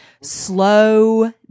slow